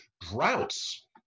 Droughts